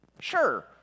Sure